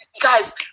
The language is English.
guys